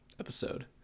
episode